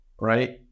right